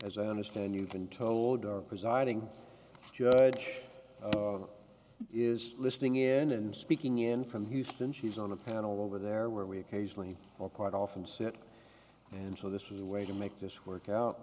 as i understand you've been told our presiding judge is listening in and speaking in from houston she's on a panel over there where we occasionally will quite often sit and so this is a way to make this work out